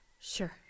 Sure